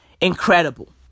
incredible